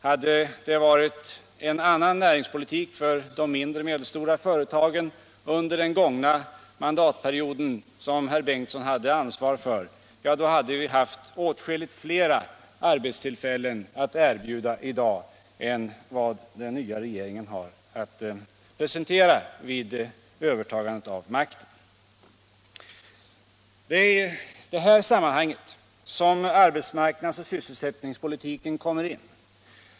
Hade det varit en annan näringspolitik för de mindre och medelstora företagen under den gångna mandatperioden, då herr Bengtsson hade ansvaret, hade vi haft åtskilligt fler arbetstillfällen att erbjuda i dag än vad den nya regeringen hade att presentera vid övertagandet av makten. Det är i det här sammanhanget som arbetsmarknads och sysselsättningspolitiken kommer in.